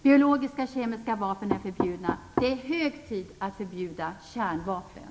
Biologiska och kemiska vapen är förbjudna. Det är hög tid att förbjuda kärnvapen.